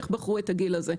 איך בחרו את הגיל הזה?